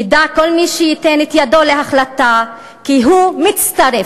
ידע כל מי שייתן את ידו להחלטה כי הוא מצטרף